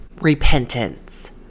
repentance